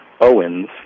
Owens